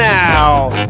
now